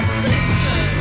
station